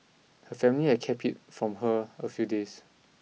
her family had kept it from her a few days